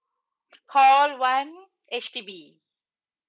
call one H_D_B